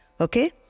okay